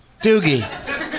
Doogie